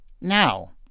Now